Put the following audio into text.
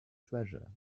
treasure